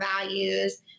values